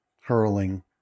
hurling